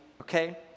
Okay